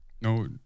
no